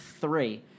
three